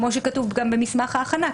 כמו שכתוב גם במסמך ההכנה,